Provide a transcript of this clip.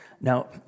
Now